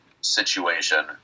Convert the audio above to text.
situation